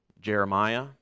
Jeremiah